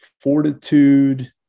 Fortitude